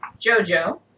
Jojo